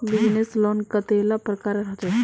Business loan कतेला प्रकारेर होचे?